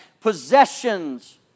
possessions